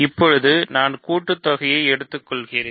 இப்போது நான் கூட்டுத்தொகையை எடுத்துக்கொள்கிறேன்